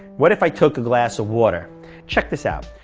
what if i took a glass of water check this out.